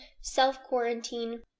self-quarantine